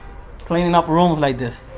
cleaning up rooms like this.